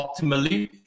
optimally